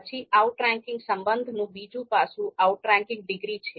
પછી આઉટરેન્કિંગ સંબંધનું બીજું પાસું આઉટરેંકિંગ ડિગ્રી છે